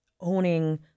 owning